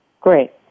Great